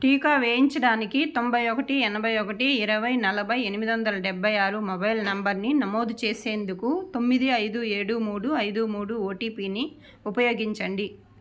టీకా వేయించడానికి తొంభై ఒకటి ఎనభై ఒకటి ఇరవై నలభై ఎనిమిదొందల డెబ్భై ఆరు మొబైల్ నంబరుని నమోదు చేసేందుకు తొమ్మిది ఐదు ఏడు మూడు ఐదు మూడుని ఉపయోగించండి